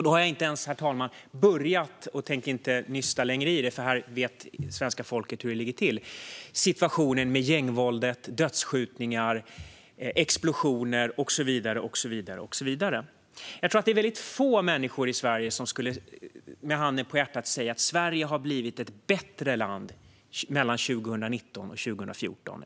Då har jag inte ens, herr talman, börjat nysta i situationen med gängvåld, dödsskjutningar, explosioner och så vidare. Jag tänker inte heller göra det, för här vet svenska folket hur det ligger till. Jag tror att det är väldigt få människor i Sverige som med handen på hjärtat skulle säga att Sverige har blivit ett bättre land mellan 2014 och 2019.